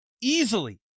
easily